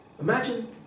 Imagine